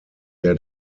der